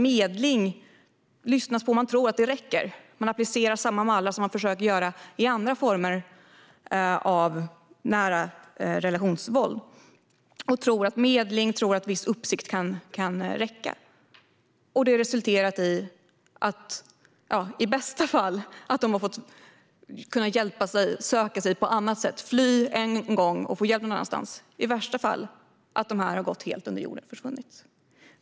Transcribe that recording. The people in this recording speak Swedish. Man applicerar samma mallar som i andra fall av våld i nära relationer och tror att medling och viss uppsikt kan räcka. Det resulterar i bästa fall i att ungdomarna flyr och får hjälp någon annanstans, i värsta fall att de går helt under jorden och försvinner.